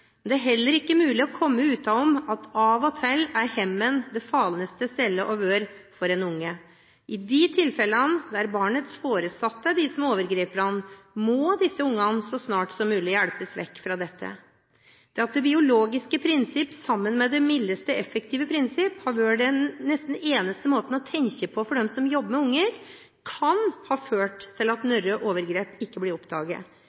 det er heller ikke mulig å komme utenom at av og til er hjemmet det farligste stedet å være for et barn. I de tilfellene der barnets foresatte er overgriperne, må disse barna så snart som mulig hjelpes vekk fra dette. Det at det biologiske prinsipp sammen med det mildeste effektive prinsipp nesten har vært den eneste måten å tenke på for dem som jobber med barn, kan ha ført til at noen overgrep ikke blir oppdaget.